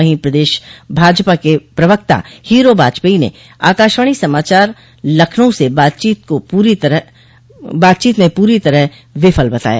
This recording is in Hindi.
वहीं प्रदेश भाजपा के प्रवक्ता हीरो वाजपेई ने आकाशवाणी समाचार लखनऊ से बातचीत में बंद को पूरी तरह विफल बताया